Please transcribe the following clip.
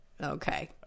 Okay